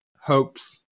hopes